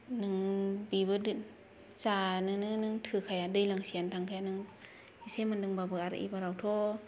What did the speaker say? नों बेबो जानोनो नों थोखाया दैलांसेयानो थांखाया नों इसे मोनदोंबाबो आरो एबारावथ'